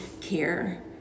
care